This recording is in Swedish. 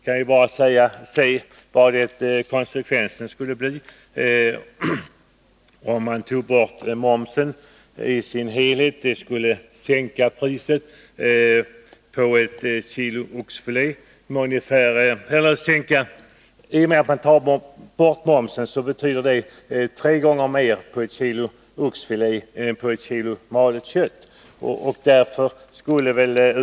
Jag vill också peka på vad det skulle bli för konsekvens om man tog bort momsen i dess helhet. Om man tar bort momsen betyder det tre gånger mer på ett kilo oxfilé än på ett kilo malet kött.